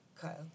Kyle